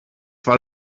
war